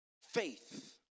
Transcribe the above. faith